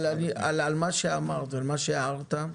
אבל על מה שאמרת ומה שהערת,